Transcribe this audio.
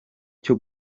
cyo